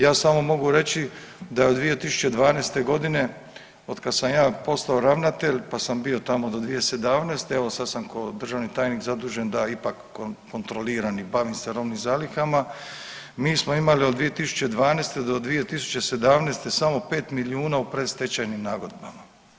Ja samo mogu reći da od 2012. g. od kad sam ja postao ravnatelj pa sam bio tamo do 2017., evo, sad sam kao državni tajnik zadužen da ipak kontroliram i bavim se robnim zalihama, mi smo imali od 2012. do 2017. samo 5 milijuna u predstečajnim nagodbama.